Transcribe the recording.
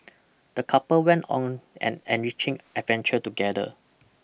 the couple went on an enriching adventure together